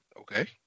Okay